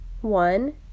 One